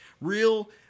real